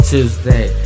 Tuesday